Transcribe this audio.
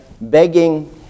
begging